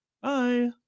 Bye